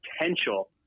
potential